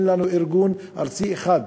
אין לנו ארגון ארצי אחד.